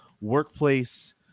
workplace